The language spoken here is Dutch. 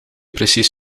precies